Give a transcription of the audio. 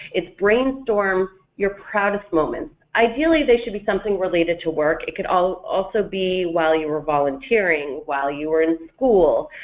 it's brainstorm your proudest moments. ideally they should be something related to work, it could also be while you were volunteering, while you were in school,